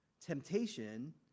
Temptation